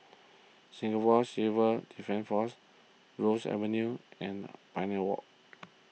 Singapore Civil Defence force Ross Avenue and Pioneer Walk